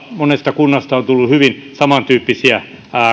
monesta kunnasta on tullut hyvin samantyyppisiä